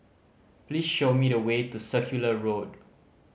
please show me the way to Circular Road